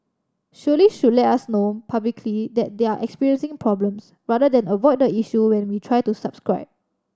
surely should let us know publicly that they're experiencing problems rather than avoid the issue when we try to subscribe